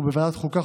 בוועדת החוקה,